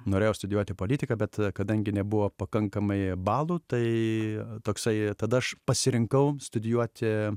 norėjau studijuoti politiką bet kadangi nebuvo pakankamai balų tai toksai tada aš pasirinkau studijuoti